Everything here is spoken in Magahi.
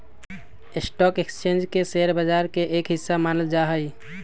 स्टाक एक्स्चेंज के शेयर बाजार के एक हिस्सा मानल जा हई